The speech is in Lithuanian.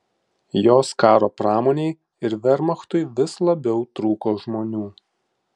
jos karo pramonei ir vermachtui vis labiau trūko žmonių